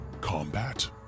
combat